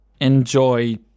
enjoy